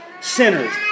sinners